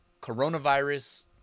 coronavirus